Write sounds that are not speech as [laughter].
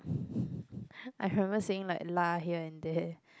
[laughs] I remember saying like lah here and there